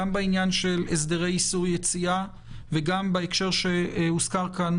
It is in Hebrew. גם בעניין של הסדרי איסור יציאה וגם בהקשר שהוזכר כאן.